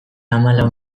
hamalau